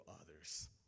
others